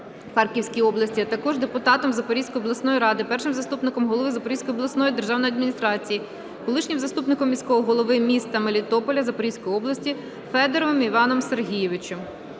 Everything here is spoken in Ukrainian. Харківській області, а також депутатом Запорізької обласної ради, першим заступником голови Запорізької обласної державної адміністрації (колишнім заступником міського голови міста Мелітополя, Запорізької області) Федоровим Іваном Сергійовичем.